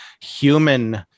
human